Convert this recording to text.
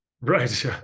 right